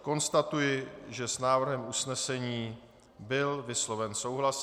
Konstatuji, že s návrhem usnesení byl vysloven souhlas.